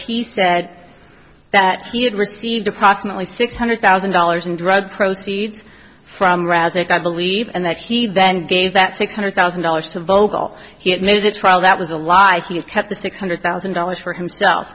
was he said that he had received approximately six hundred thousand dollars in drug proceeds from razaq i believe and that he then gave that six hundred thousand dollars to vocal he had made the trial that was a lie he kept the six hundred thousand dollars for himself